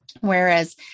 Whereas